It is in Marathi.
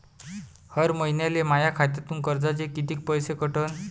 हर महिन्याले माह्या खात्यातून कर्जाचे कितीक पैसे कटन?